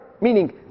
Meaning